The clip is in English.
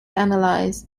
analyze